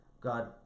God